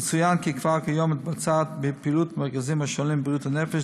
יצוין כי כבר כיום מתבצעת פעילות במרכזים השונים לבריאות הנפש,